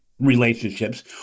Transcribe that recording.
relationships